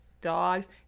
dogs